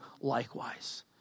likewise